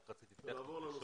רק רציתי לשאול,